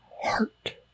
heart